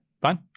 fine